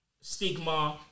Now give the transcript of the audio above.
stigma